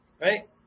right